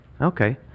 Okay